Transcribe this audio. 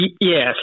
Yes